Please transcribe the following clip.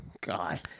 God